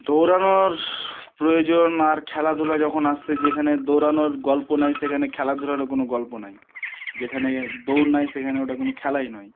দৌড়ানোর প্রয়োজন আর খেলাধুলা যখন আসছে যেখানে দৌড়ানোর গল্প নাই সেখানে খেলাধুলারও কোনো গল্প নাই যেখানে দৌড় নেই সেখানে ওটা কোনো খেলাই নয়